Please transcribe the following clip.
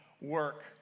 work